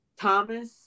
Thomas